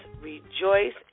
rejoice